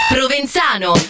Provenzano